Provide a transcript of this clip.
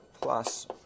plus